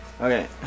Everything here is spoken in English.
Okay